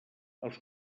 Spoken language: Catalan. els